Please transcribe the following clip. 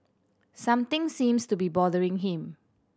something seems to be bothering him